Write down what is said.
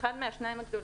אחד מהשניים הגדולים,